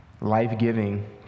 life-giving